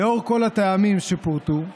לנוכח כל הטעמים שפורטו,